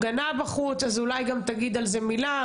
אולי תגיד על זה מילה.